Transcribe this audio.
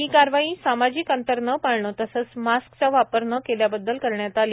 ही कारवाई सामाजिक अंतर न पाळणे तसाच मास्कचा वापर न केल्याबद्दल करण्यात आली